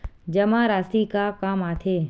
जमा राशि का काम आथे?